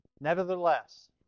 Nevertheless